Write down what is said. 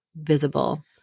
visible